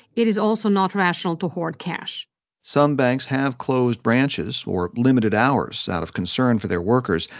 it is also not rational to hoard cash some banks have closed branches or limited hours out of concern for their workers.